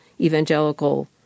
evangelical